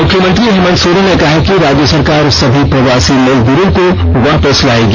मुख्यमंत्री हेमंत सोरेन ने कहा है कि राज्य सरकार सभी प्रवासी मजदूरों को वापस लायेगी